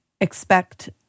expect